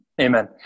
Amen